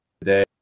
today